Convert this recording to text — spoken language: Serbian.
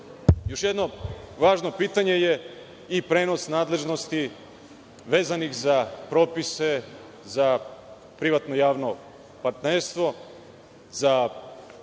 jedno važno pitanje je i prenos nadležnosti vezanih za propise za privatno javno partnerstvo, za